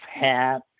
hat